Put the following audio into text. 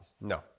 No